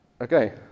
Okay